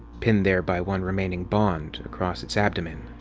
pinned there by one remaining bond across its abdomen.